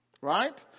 right